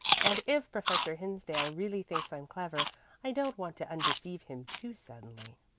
and if professor hinsdale really thinks i'm clever i don't want to undeceive him too suddenly.